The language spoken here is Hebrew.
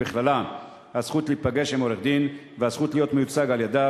ובכללה הזכות להיפגש עם עורך-דין והזכות להיות מיוצג על-ידיו,